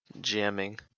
jamming